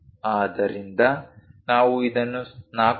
ಆದ್ದರಿಂದ ನಾವು ಇದನ್ನು 4